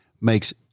Makes